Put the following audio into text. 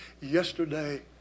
yesterday